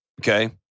okay